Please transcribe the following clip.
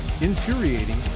infuriating